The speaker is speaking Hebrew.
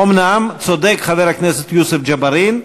אומנם צודק חבר הכנסת יוסף ג'בארין,